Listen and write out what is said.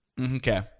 Okay